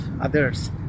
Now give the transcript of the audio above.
others